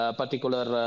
particular